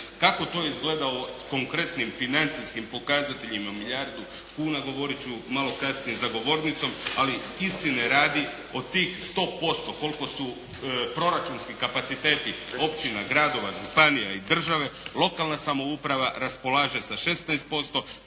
Kako to izgleda u konkretnim financijskim pokazateljima milijardu kuna, govoriti ću malo kasnije za govornicom. Ali istine radi, od tih 100% koliko su proračunski kapaciteti općina, gradova, županija i države, lokalna samouprava raspolaže sa 16%,